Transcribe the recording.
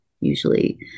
usually